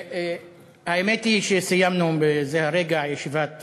האמת היא שסיימנו בזה הרגע ישיבה של